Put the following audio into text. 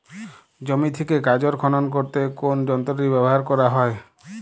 জমি থেকে গাজর খনন করতে কোন যন্ত্রটি ব্যবহার করা হয়?